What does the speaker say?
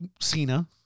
Cena